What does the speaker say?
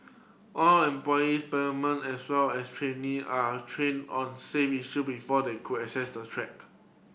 all employees permanent as well as trainee are trained on safe issue before they could access the track